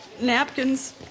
napkins